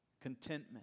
Contentment